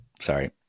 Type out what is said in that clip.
sorry